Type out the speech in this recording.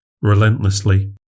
relentlessly